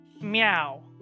Meow